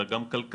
אלא גם כלכלית,